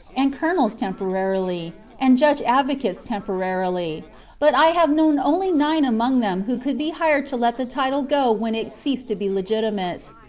and colonels temporarily, and judge-advocates temporarily but i have known only nine among them who could be hired to let the title go when it ceased to be legitimate.